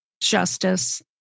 justice